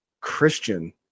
Christian